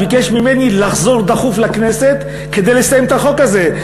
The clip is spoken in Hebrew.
ביקש ממני לחזור דחוף לכנסת כדי לסיים את החוק הזה,